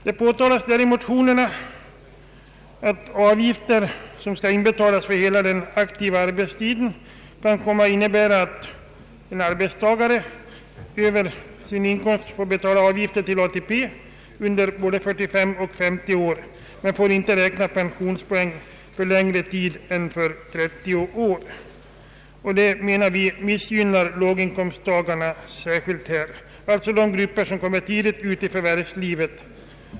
Det sägs i motionerna att avgiften, som skall inbetalas för hela den aktiva arbetstiden kan komma att innebära att en arbetstagare av sin inkomst får betala avgifter till ATP under både 45 och 50 år men inte får räkna pensionspoäng för längre tid än 30 år. Vi menar att detta särskilt missgynnar låginkomsttagarna, alltså de grupper som kommer tidigt ut i förvärvsarbete.